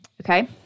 okay